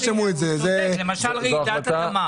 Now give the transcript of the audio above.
למשל רעידת אדמה.